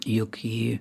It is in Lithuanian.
juk į